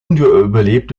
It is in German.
überlebt